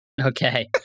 Okay